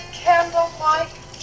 candlelight